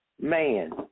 man